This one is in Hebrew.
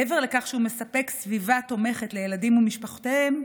מעבר לכך שהוא מספק סביבה תומכת לילדים ולמשפחותיהם,